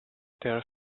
there